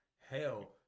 hell